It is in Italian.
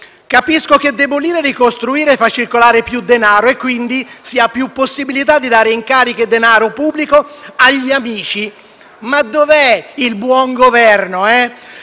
Capisco che demolire e ricostruire fa circolare più denaro e quindi si ha più possibilità di dare incarichi e denaro pubblico agli amici. Ma dov’è il buon governo?